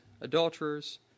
adulterers